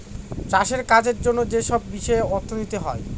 চাষের কাজের জন্য যেসব বিষয়ে অর্থনীতি হয়